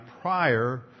prior